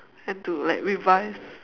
and to like revise